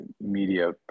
media